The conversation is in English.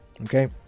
Okay